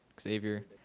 Xavier